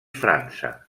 frança